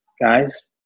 guys